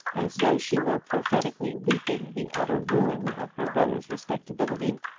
as though she were prophetically weeping the utter ruin of her brother's respectability.